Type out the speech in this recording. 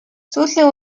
сүүлийн